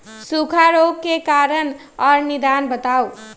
सूखा रोग के कारण और निदान बताऊ?